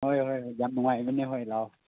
ꯍꯣꯏ ꯍꯣꯏ ꯍꯣꯏ ꯌꯥꯝ ꯅꯨꯡꯉꯥꯏꯕꯅꯦ ꯍꯣꯏ ꯂꯥꯛꯑꯣ